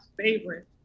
favorite